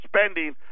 spending